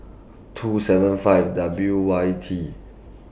two seven five W Y T